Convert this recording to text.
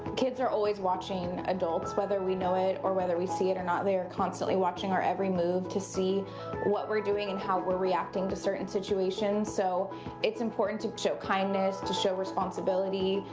kids are always watching adults, whether we know it or whether we see it or not they are constantly watching our every move to see what we're doing and how we're reacting to certain situations. so it's important to show kindness, to show responsibility.